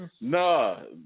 No